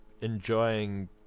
enjoying